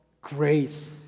grace